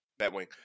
Batwing